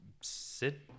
sit